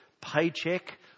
paycheck